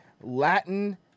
Latin